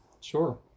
sure